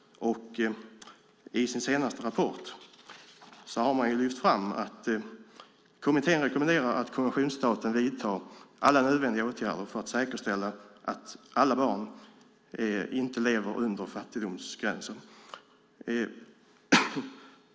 I sin senaste rapport skriver kommittén: "Kommittén rekommenderar att konventionsstaten vidtar alla nödvändiga åtgärder för att säkerställa att alla barn inte lever under fattigdomsgränsen.